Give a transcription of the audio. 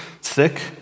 sick